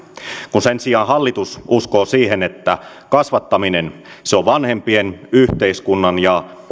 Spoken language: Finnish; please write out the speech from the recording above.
kun sen sijaan hallitus uskoo siihen että kasvattaminen on vanhempien yhteiskunnan ja